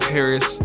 Paris